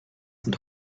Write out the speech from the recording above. sind